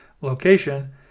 location